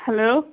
hello